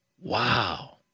Wow